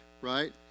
right